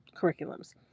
curriculums